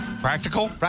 Practical